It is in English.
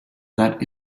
that